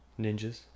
Ninjas